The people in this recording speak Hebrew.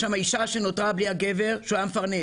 יש שם אישה שנותרה בלי הגבר שהיה המפרנס